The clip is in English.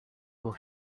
will